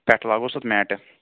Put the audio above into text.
پیٹھٕ لاگوس پَتہٕ میٹہٕ